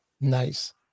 Nice